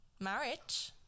marriage